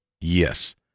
Yes